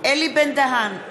אלי בן-דהן,